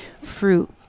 fruit